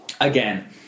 again